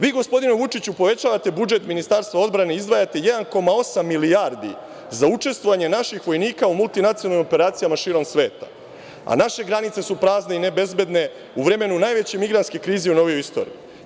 Vi, gospodine Vučiću, povećavate budžet Ministarstva odbrane i izdvajate 1,8 milijardi za učestvovanje naših vojnika u multinacionalnim operacijama širom sveta, a naše granice su prazne i nebezbedne u vremenu najveće migrantske krize i u novoj istoriji.